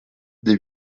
des